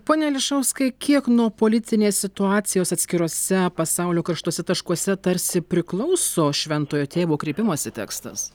pone ališauskai kiek nuo politinės situacijos atskiruose pasaulio kraštuose taškuose tarsi priklauso šventojo tėvo kreipimosi tekstas